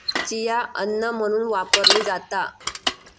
chia अन्न म्हणून वापरली जाता